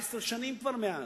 כבר עשר שנים עברו מאז.